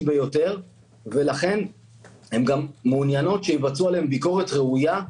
ביותר ולכן הן גם מעוניינות שיבצעו עליהן ביקורת ראויה,